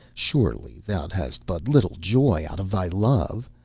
surely thou hast but little joy out of thy love.